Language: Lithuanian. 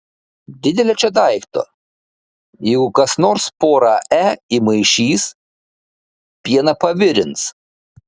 didelio čia daikto jeigu kas nors porą e įmaišys pieną pavirins